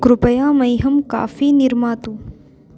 कृपया मह्यं काफ़ी निर्मातु